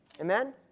Amen